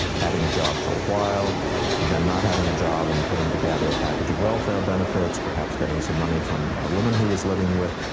having a job for a while, and then not having a job. and putting together a package of welfare benefits, perhaps getting some money from a woman he was living with,